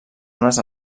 unes